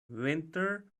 winter